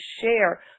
share